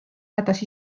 hädas